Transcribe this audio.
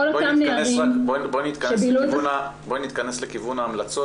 כל אותם נערים שבילו --- בואי נתכנס לכיוון ההמלצות